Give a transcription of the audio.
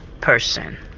person